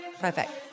perfect